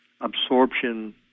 absorption